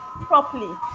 properly